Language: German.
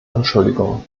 anschuldigungen